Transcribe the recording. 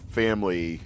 family